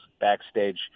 backstage